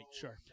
sure